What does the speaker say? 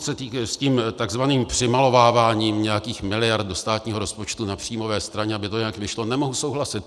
S tím takzvaným přimalováváním nějakých miliard do státního rozpočtu na příjmové straně, aby to nějak vyšlo, nemohu souhlasit.